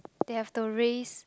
they have to raise